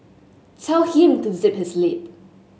tell him to zip his lip